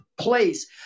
place